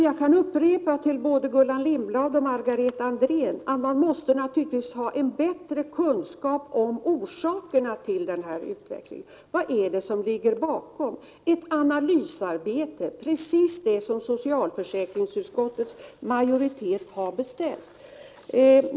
Jag kan upprepa för både Gullan Lindblad och Margareta Andrén att vi naturligtvis måste ha en bättre kunskap om orsakerna till denna utveckling. Vad är det som ligger bakom? Det behövs ett analysarbete, precis som socialförsäkringsutskottets majoritet har beställt.